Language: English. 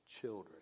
children